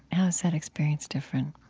how is that experience different?